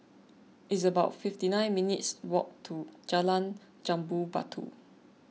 it's about fifty nine minutes' walk to Jalan Jambu Batu